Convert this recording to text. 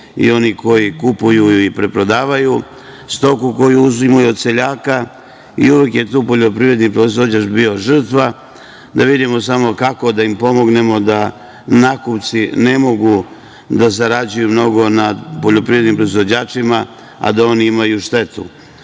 i oni koji kupuju i preprodaju stoku koju uzimaju od seljaka. I uvek je tu poljoprivredni proizvođač bio žrtva. Da vidimo samo kako da im pomognemo da nakupci ne mogu da zarađuju mnogo na poljoprivrednim proizvođačima, a da oni imaju štetu,